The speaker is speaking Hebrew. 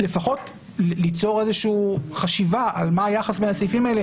לפחות ליצור איזושהי חשיבה על היחס בין הסעיפים האלה